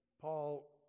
Paul